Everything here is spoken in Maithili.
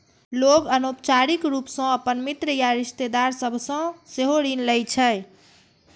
लोग अनौपचारिक रूप सं अपन मित्र या रिश्तेदार सभ सं सेहो ऋण लै छै